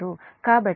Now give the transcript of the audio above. కాబట్టి ఇది j0